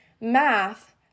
math